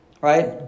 Right